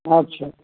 अच्छा अच्छा